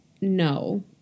No